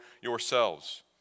yourselves